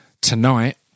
tonight